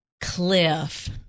Cliff